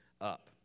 up